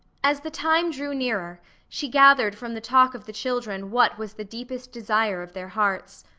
as the time drew nearer, she gathered from the talk of the children what was the deepest desire of their hearts.